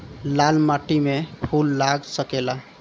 लाल माटी में फूल लाग सकेला?